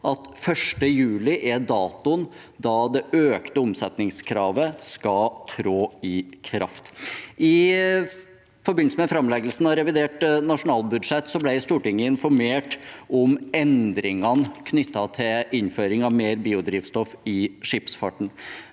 at 1. juli er datoen da det økte omsetningskravet skal tre i kraft. I forbindelse med framleggelsen av revidert nasjonalbudsjett ble Stortinget informert om endringene knyttet til innføring av mer biodrivstoff i skipsfarten,